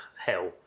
hell